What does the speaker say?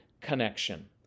connection